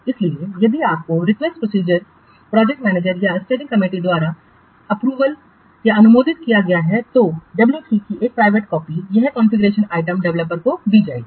इसलिए यदि उसका रिक्वेस्ट प्रोजेक्ट मैनेजर या स्टीयरिंग कमेटी द्वारा अनुमोदित किया गया है तो डब्ल्यू 3 की एक प्राइवेट कॉपी यह कॉन्फ़िगरेशन आइटम डेवलपर को दी जाएगी